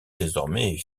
désormais